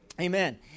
Amen